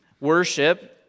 worship